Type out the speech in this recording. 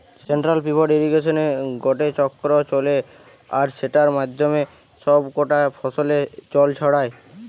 central pivot ইর্রিগেশনে গটে চক্র চলে আর সেটার মাধ্যমে সব কটা ফসলে জল ছড়ায়